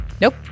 Nope